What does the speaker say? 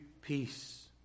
peace